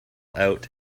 out